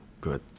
good